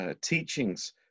teachings